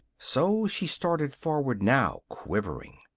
so she started forward now, quivering.